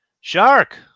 Shark